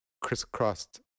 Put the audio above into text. Crisscrossed